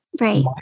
right